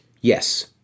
yes